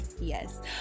yes